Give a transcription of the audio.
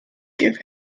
give